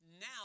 now